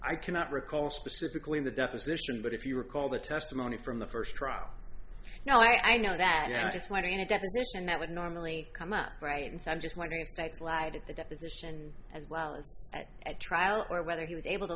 i cannot recall specifically in the deposition but if you recall the testimony from the first trial now i know that not just when a deposition that would normally come up right and so i'm just wondering if take light at the deposition as well as at trial or whether he was able to